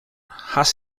had